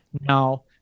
Now